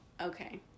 okay